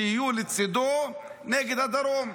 שיהיו לצידו נגד הדרום.